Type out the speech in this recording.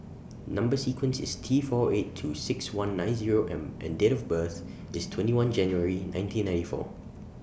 Number sequence IS T four eight two six one nine Zero M and Date of birth IS twenty one January nineteen ninety four